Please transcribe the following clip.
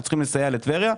אנחנו צריכים לסייע לטבריה.